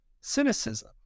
cynicism